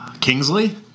Kingsley